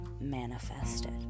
manifested